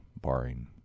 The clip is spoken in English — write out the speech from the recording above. barring